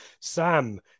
Sam